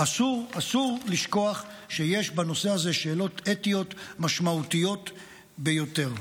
אסור לשכוח שיש בנושא הזה שאלות אתיות משמעותיות ביותר.